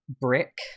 brick